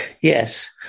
Yes